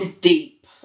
deep